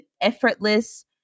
effortless